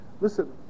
Listen